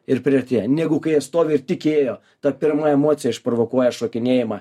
ir priartėja negu kai jie stovi ir tik įėjo ta pirma emocija išprovokuoja šokinėjimą